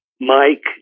Mike